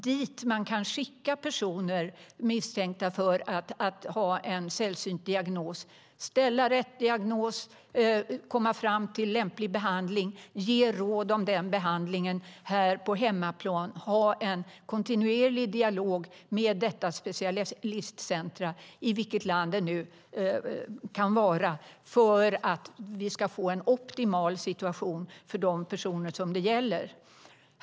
Dit ska man kunna skicka personer som misstänks ha en sällsynt diagnos för att där ställa rätt diagnos, komma fram till lämplig behandling och ge råd om den behandlingen på hemmaplan. Det ska vara möjligt att ha en kontinuerlig dialog med specialistcentrumet, i vilket land det än ligger, för att vi ska få en optimal situation för de personer det gäller.